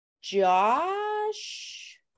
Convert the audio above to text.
Josh